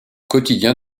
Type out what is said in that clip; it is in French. quotidien